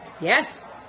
Yes